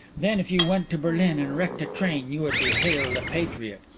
then if you went to berlin and wrecked a train you would be hailed a patriot.